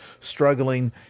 struggling